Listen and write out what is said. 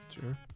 Sure